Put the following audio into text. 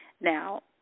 now